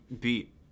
beat